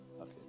Okay